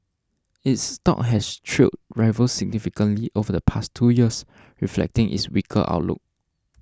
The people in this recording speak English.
its stock has trailed rivals significantly over the past two years reflecting its weaker outlook